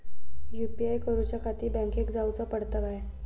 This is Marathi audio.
यू.पी.आय करूच्याखाती बँकेत जाऊचा पडता काय?